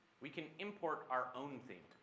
we can import our own theme.